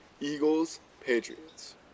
Eagles-Patriots